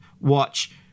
watch